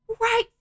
Right